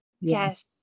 yes